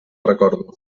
recordo